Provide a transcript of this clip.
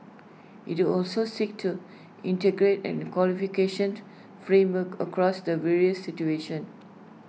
IT will also seek to integrate and the qualification frameworks across the various situation